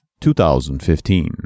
2015